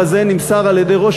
נמשך כל השקר,